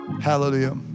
Hallelujah